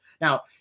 now